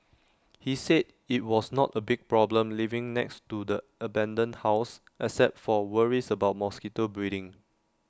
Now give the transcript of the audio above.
he said IT was not A big problem living next to the abandoned house except for worries about mosquito breeding